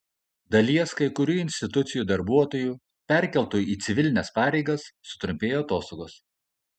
dalies kai kurių institucijų darbuotojų perkeltų į civilines pareigas sutrumpėjo atostogos